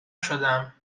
شدم